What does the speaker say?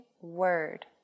word